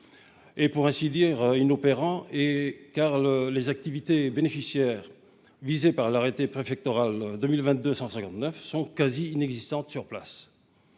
est pour ainsi dire inopérant, car les activités bénéficiaires visées par l'arrêté préfectoral n° 2022-159 sont, sur place,